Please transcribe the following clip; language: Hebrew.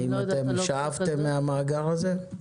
האם שאבתם מהמאגר הזה?